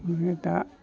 बिदिनो दा